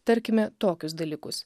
tarkime tokius dalykus